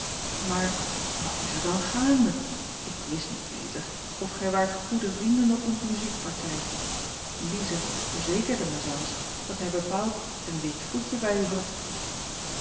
maar wat is er dan gaande ik wist niet beter of gij waart goede vrienden op ons muziek partijtje lize verzekerde mij zelfs dat hij bepaald een wit voetje bij u had